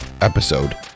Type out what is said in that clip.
episode